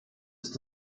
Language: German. ist